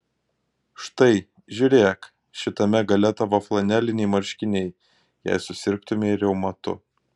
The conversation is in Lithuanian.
štai žiūrėk šitame gale tavo flaneliniai marškiniai jei susirgtumei reumatu